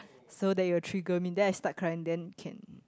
so that it'll trigger me then I start crying then can